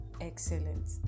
excellent